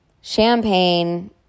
champagne